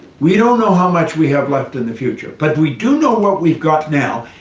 we don't know how much we have left in the future, but we do know what we've got now,